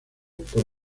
por